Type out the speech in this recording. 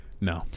No